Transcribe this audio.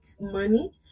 money